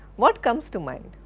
what comes to mind?